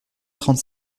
trente